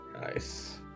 Nice